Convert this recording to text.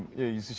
you